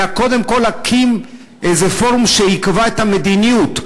אלא קודם כול להקים איזה פורום שיקבע את המדיניות,